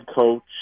coach